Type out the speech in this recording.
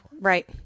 Right